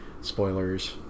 Spoilers